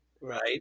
Right